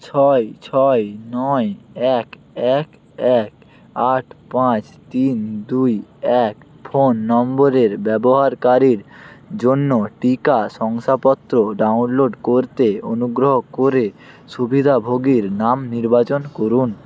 ছয় ছয় নয় এক এক এক আট পাঁচ তিন দুই এক ফোন নম্বরের ব্যবহারকারীর জন্য টিকা শংসাপত্র ডাউনলোড করতে অনুগ্রহ করে সুবিধাভোগীর নাম নির্বাচন করুন